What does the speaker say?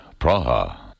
Praha